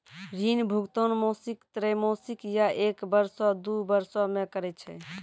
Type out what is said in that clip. ऋण भुगतान मासिक, त्रैमासिक, या एक बरसो, दु बरसो मे करै छै